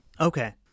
Okay